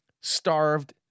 starved